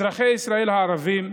אזרחי ישראל הערבים,